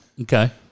Okay